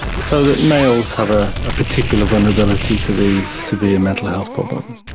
so that males have a ah particular vulnerability to these severe mental health problems.